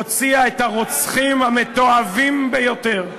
הוציאה את הרוצחים המתועבים ביותר,